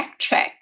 backtrack